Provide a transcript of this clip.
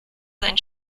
sein